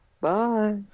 Bye